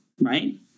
right